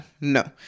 no